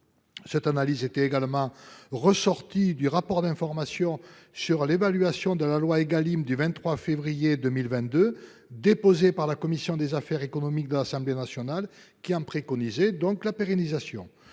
Cette analyse ressort également du rapport d'information sur l'évaluation de la loi Égalim publié le 23 février 2022 par la commission des affaires économiques de l'Assemblée nationale, qui préconisait la pérennisation